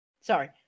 Sorry